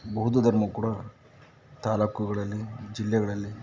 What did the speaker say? ಬೌದ್ಧ ಧರ್ಮ ಕೂಡ ತಾಲೂಕುಗಳಲ್ಲಿ ಜಿಲ್ಲೆಗಳಲ್ಲಿ